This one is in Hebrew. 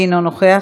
אינו נוכח,